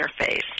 interface